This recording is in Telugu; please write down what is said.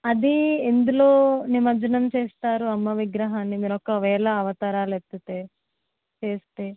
అదీ ఎందులో నిమజ్జనం చేస్తారు అమ్మ విగ్రహాన్ని మరొక వేళ అవతారాలు ఎత్తితే చేస్తే